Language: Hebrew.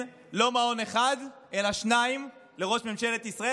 לא מעון אחד אלא שניים לראש ממשלת ישראל,